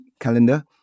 calendar